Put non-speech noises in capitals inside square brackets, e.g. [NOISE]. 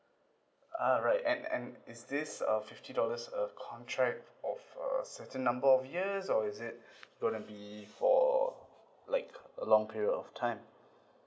alright and and is this a fifty dollars of contract of a certain number of years or is it [BREATH] gonna be for like a long period of time